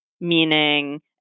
meaning